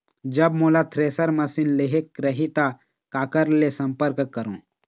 जब मोला thresher machine लेहेक रही ता काकर ले संपर्क करों?